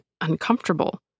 uncomfortable